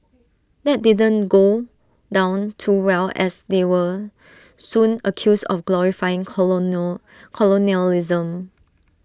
that didn't go down too well as they were soon accused of glorifying colonialism